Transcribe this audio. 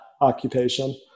occupation